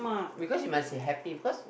because you must say happy because